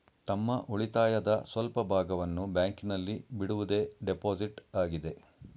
ತಮ್ಮ ಉಳಿತಾಯದ ಸ್ವಲ್ಪ ಭಾಗವನ್ನು ಬ್ಯಾಂಕಿನಲ್ಲಿ ಬಿಡುವುದೇ ಡೆಪೋಸಿಟ್ ಆಗಿದೆ